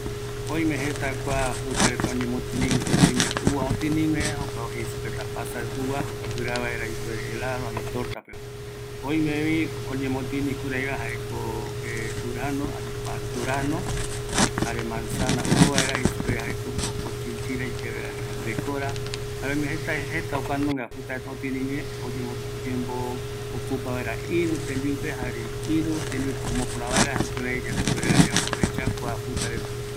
﻿Oime jeta kua frura reta oñemotiniguë, oime uva oñemotiniguë jokuako jeisupereta tapa de uva jokua guiraja vaera ipuere helado ani tortapeva, oimevi oñemotini kuraiva jaeko durazno ani va durazno jare manzana ojo vaera jeisupe jaeko mocochinchira ikavivaera refreskora jare oime jeta jeta fruta reta otiniguë oyembo oyembokupa vaera irü tembiupe, jare irü tembiupe omopöra vaera jare jurai yande puere vaera yamboaprovecha kua fruta reta